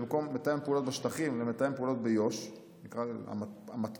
במקום מתאם פעולות בשטחים למתאם פעולות ביו"ש נקרא לזה המתפו"ש.